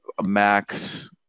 Max